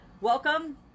welcome